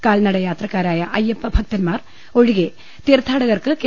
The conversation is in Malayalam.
കാൽനട യാത്ര ക്കാരായ അയ്യപ്പ ഭക്തൻമാർ ഒഴികെ തീർഥാടകർക്ക് കെ